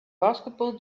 basketball